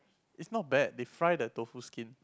is not bad they fry the tofu skin